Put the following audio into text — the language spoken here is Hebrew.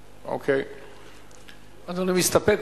אדוני מסתפק?